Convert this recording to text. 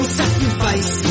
sacrifice